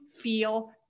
feel